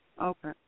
Okay